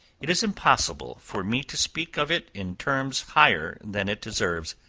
it is impossible for me to speak of it in terms higher than it deserves.